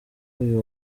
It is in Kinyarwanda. uyu